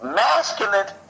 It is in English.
masculine